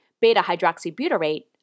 beta-hydroxybutyrate